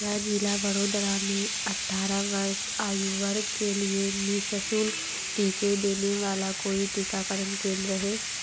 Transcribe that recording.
क्या ज़िला वडोदरा में अठारह वर्ष आयु वर्ग के लिए निःशुल्क टीके देने वाला कोई टीकाकरण केंद्र है